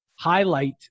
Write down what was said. highlight